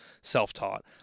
self-taught